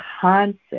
concept